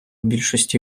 більшості